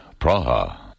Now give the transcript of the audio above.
Praha